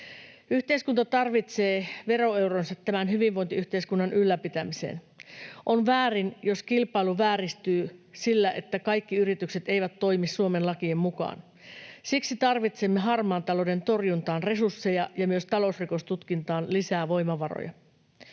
Yhteiskunta tarvitsee veroeuronsa tämän hyvinvointiyhteiskunnan ylläpitämiseen. On väärin, jos kilpailu vääristyy sillä, että kaikki yritykset eivät toimi Suomen lakien mukaan. Siksi tarvitsemme harmaan talouden torjuntaan resursseja ja myös talousrikostutkintaan lisää voimavaroja.